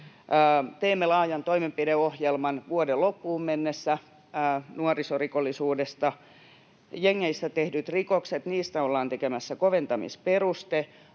mennessä laajan toimenpideohjelman nuorisorikollisuudesta. Jengeissä tehdyistä rikoksista ollaan tekemässä koventamisperuste.